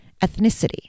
ethnicity